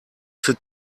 für